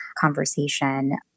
conversation